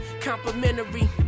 Complimentary